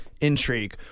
intrigue